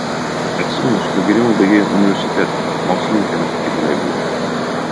atsimenu su pagyrimu baigei universitetą mokslininke ketinai būti